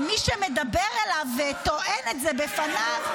ומי שמדבר אליו וטוען את זה בפניו,